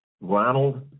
Ronald